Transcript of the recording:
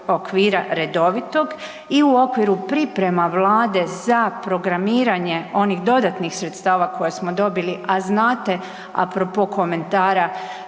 okvira redovitog i u okviru priprema Vlade za programiranje onih dodatnih sredstava koje smo dobili, a znate apropo komentara